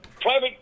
private